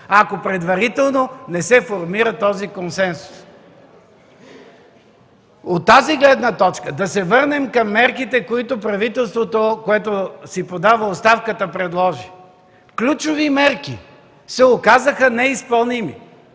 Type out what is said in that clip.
ако предварително не се формира такъв консенсус?! От тази гледна точка, да се върнем към мерките, които правителството, сега подаващо си оставката, предложи. Ключови мерки се оказаха неизпълнени